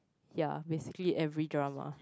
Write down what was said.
ya basically every drama